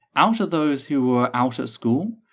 out of those who were out at school,